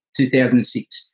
2006